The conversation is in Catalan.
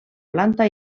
planta